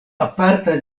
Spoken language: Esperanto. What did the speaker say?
aparta